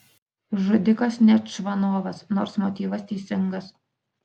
žudikas ne čvanovas nors motyvas teisingas